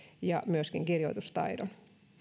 ja myöskin kirjoitustaidon